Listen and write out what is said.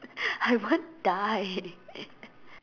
I won't die